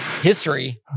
history